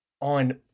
on